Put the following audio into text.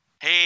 Hey